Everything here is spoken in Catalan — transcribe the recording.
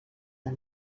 del